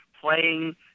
playing